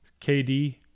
KD